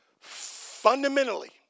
Fundamentally